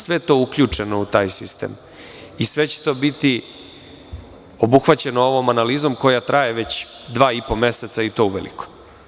Sve to je uključeno u taj sistem i sve će to biti obuhvaćeno ovom analizom koja već traje dva i po meseca i to uveliko.